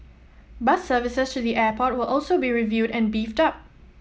bus services to the airport will also be reviewed and beefed up